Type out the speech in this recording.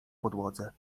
podłodze